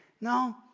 No